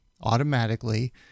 automatically